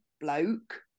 bloke